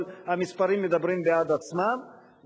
אבל המספרים מדברים בעד עצמם,